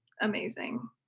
amazing